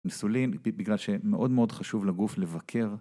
נסולין בגלל שמאוד מאוד חשוב לגוף לבקר.